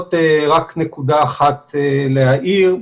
זאת רק נקודה אחת להאיר,